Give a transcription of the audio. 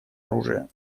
оружия